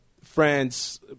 France